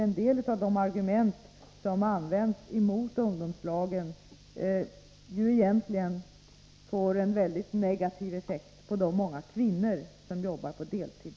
En del av de argument som används emot ungdomslagen är egentligen mycket negativa för de många kvinnor som arbetar deltid.